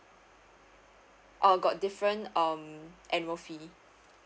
uh got different um annual fee